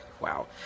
wow